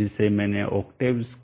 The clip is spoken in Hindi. जिसे मैंने ओक्टेव स्क्रिप्ट में चुना है